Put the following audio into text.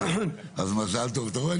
אתה רואה?